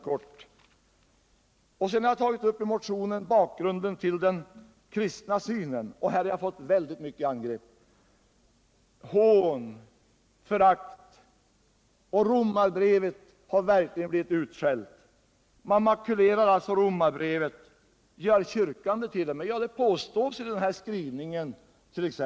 Sedan har jag i motionen tagit upp bakgrunden till den kristna synen, och härvidlag har jag fått många angrepp — hån, förakt — och Romarbrevet har verkligen blivit utskällt. Man makulerar alltså Romarbrevet. Gör t.o.m. kyrkan det? Ja, det påstås så i den här skrivningen.